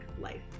Life